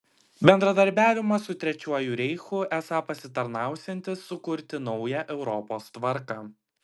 bendradarbiavimas su trečiuoju reichu esą pasitarnausiantis sukurti naują europos tvarką